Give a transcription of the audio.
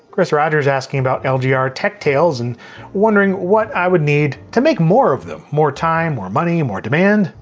chris rogers asking about lgr tech tales and wondering what i would need to make more of them. more time, more money, more demand?